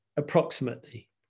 approximately